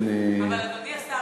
אדוני השר,